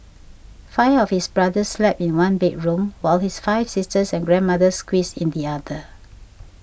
five of his brothers slept in one bedroom while his five sisters and grandmother squeezed in the other